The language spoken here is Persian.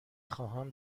خواهم